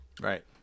Right